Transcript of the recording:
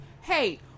hey